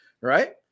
Right